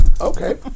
Okay